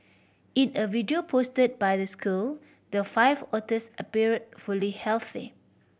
in a video post by the school the five otters appear fully healthy